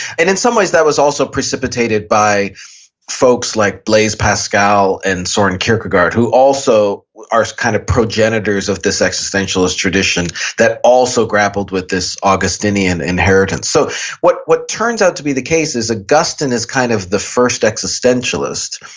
and in some ways that was also precipitated by folks like blaise pascal and soren kierkegaard who also are this kind of progenitor of this existentialist tradition that also grappled with this augustinian inheritance. so what what turns out to be the case is augustine is kind of the first existentialist.